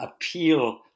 appeal